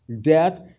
Death